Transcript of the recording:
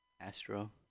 Astro